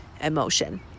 emotion